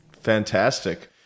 Fantastic